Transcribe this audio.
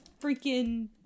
freaking